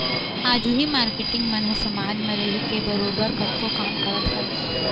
आज उही मारकेटिंग मन ह समाज म रहिके बरोबर कतको काम करत हवँय